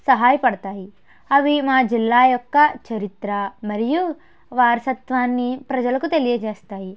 సహాయపడతాయి అవి మా జిల్లా యొక్క చరిత్ర మరియు వారసత్వాన్ని ప్రజలకు తెలియజేస్తాయి